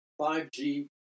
5G